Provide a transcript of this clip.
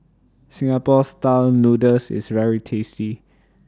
Singapore Style Noodles IS very tasty